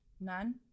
None